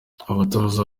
abatoza